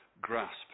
grasp